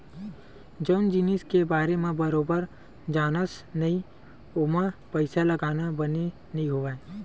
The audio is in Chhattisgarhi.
जउन जिनिस के बारे म बरोबर जानस नइ ओमा पइसा लगाना बने नइ होवय